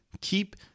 Keep